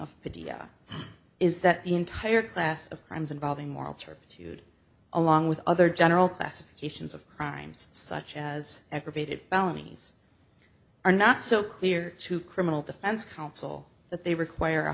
of idea is that the entire class of crimes involving moral turpitude along with other general classifications of crimes such as aggravated balinese are not so clear to criminal defense counsel that they require a